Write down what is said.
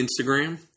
Instagram